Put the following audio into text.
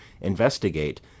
investigate